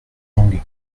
langues